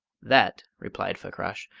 that, replied fakrash,